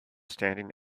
standing